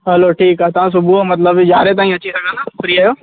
हलो ठीकु आहे तव्हां सुबुह मतिलबु यारहें ताईं अची सघंदा फ़्री आहियो